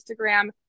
Instagram